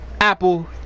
Apple